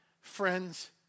friends